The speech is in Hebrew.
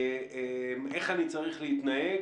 איך אני צריך להתנהג,